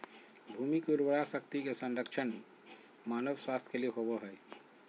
भूमि की उर्वरा शक्ति के संरक्षण मानव स्वास्थ्य के लिए होबो हइ